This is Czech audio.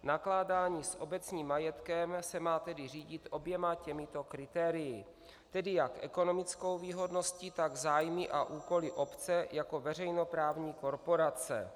Nakládání s obecním majetkem se má tedy řídit oběma těmito kritérii, tedy jak ekonomickou výhodností, tak zájmy a úkoly obce jako veřejnoprávní korporace.